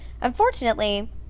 Unfortunately